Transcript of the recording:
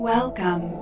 Welcome